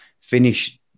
finish